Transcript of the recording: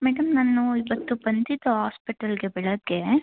madam ನಾನು ಇವತ್ತು ಬಂದಿದ್ದು ಹಾಸ್ಪೆಟಲ್ಗೆ ಬೆಳಗ್ಗೆ